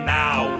now